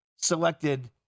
selected